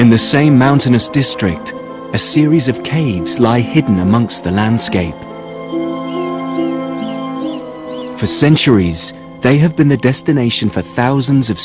in the same mountainous district a series of canes lie hidden amongst the landscape for centuries they have been the destination for thousands of